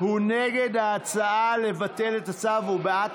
הוא נגד ההצעה לבטל את הצו ובעד